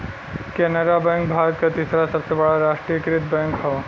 Canara bank Bharat क तीसरा सबसे बड़ा राष्ट्रीयकृत बैंक हौ